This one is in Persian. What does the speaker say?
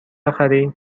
بخری